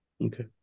okay